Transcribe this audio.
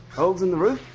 holes in the roof.